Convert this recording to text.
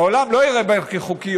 העולם לא יראה בהן חוקיות.